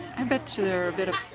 i betcha they're a bit of